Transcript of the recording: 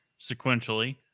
sequentially